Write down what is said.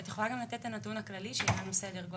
את יכולה גם לתת את הנתון הכללי שיהיה לנו סדר-גודל?